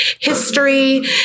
history